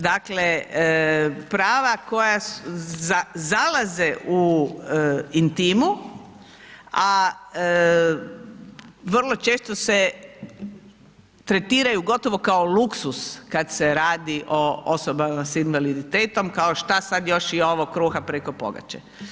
Dakle, prava koja zalaze u intimu, a vrlo često se tretiraju gotovo kao luksuz kad se radi o osobama s invaliditetom, kao šta sad još i ovo, kruha preko pogače.